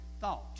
thought